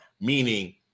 meaning